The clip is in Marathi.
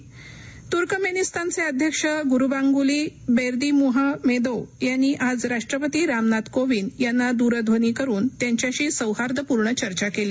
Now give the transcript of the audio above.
राष्ट्रपती तर्कमेनिस्तान तुर्कमेनिस्तानचे अध्यक्ष गुरुबांगुली बेर्दिमुहा मेदोव्ह यांनी आज राष्ट्रपती रामनाथ कोविंद यांना दूरध्वनी करून त्यांच्याशी सौहार्दपूर्ण चर्चा केली